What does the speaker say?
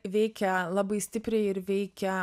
veikia labai stipriai ir veikia